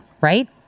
right